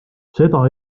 seda